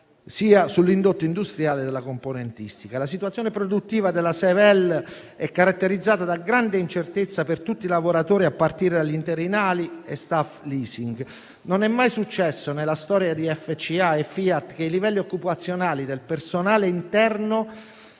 e sull'indotto industriale della componentistica. La situazione produttiva della Sevel è caratterizzata da grande incertezza per tutti i lavoratori a partire dagli interinali e *staff leasing*. Non è mai successo nella storia di FCA e FIAT che il livello occupazionale del personale interno